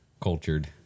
cultured